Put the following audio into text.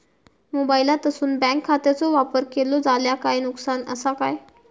मोबाईलातसून बँक खात्याचो वापर केलो जाल्या काय नुकसान असा काय?